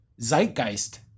zeitgeist